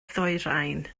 ddwyrain